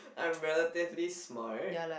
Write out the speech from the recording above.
I'm relatively smart